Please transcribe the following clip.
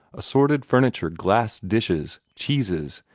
assorted furniture, glass dishes, cheeses,